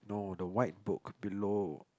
no the white book below